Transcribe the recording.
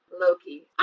Loki